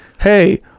hey